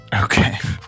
Okay